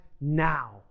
now